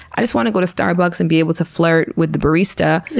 i just want to go to starbucks and be able to flirt with the barista,